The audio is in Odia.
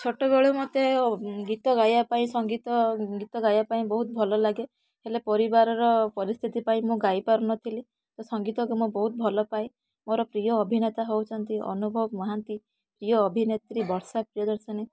ଛୋଟବେଳୁ ମୋତେ ଗୀତ ଗାଇବା ପାଇଁ ସଙ୍ଗୀତ ଗୀତ ଗାଇବା ପାଇଁ ବହୁତ ଭଲ ଲାଗେ ହେଲେ ପରିବାରର ପରିସ୍ଥିତି ପାଇଁ ମୁଁ ଗାଇ ପାରୁନଥିଲି ତ ସଙ୍ଗୀତକୁ ମୁଁ ବହୁତ ଭଲପାଏ ମୋର ପ୍ରିୟ ଅଭିନେତା ହେଉଛନ୍ତି ଅନୁଭବ ମହାନ୍ତି ପ୍ରିୟ ଅଭିନେତ୍ରୀ ବର୍ଷା ପ୍ରିୟଦର୍ଶିନୀ